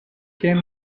came